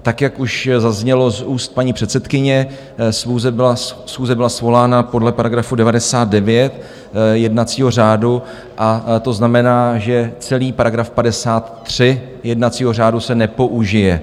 Tak jak už zaznělo z úst paní předsedkyně, schůze byla svolána podle § 99 jednacího řádu a to znamená, že celý § 53 jednacího řádu se nepoužije.